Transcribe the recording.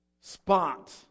spot